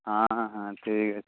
ହଁ ହଁ ଠିକ୍ ଅଛି